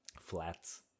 flats